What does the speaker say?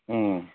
ꯎꯝ